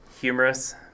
humorous